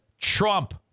Trump